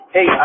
Hey